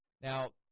Now